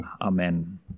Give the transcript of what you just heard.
Amen